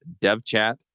devchat